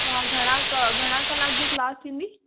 हा घणा घणा कलाक जी क्लास थींदी